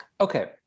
Okay